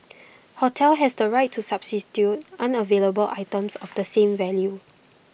hotel has the right to substitute unavailable items of the same value